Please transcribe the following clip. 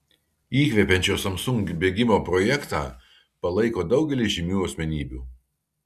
įkvepiančio samsung bėgimo projektą palaiko daugelis žymių asmenybių